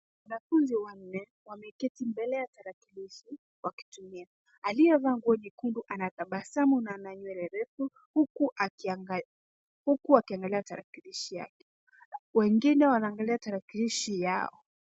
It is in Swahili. Wanafunzi wanne wameketi mbele ya tarakilishi wakitumia. Aliyevaa nguo nyekundu anatabasamu na ana nywele refu huku akiangalia tarakilishi yake. Wengine wanaangalia tarakilishi yao.